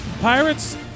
pirates